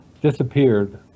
disappeared